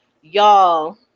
y'all